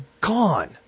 gone